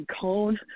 Cone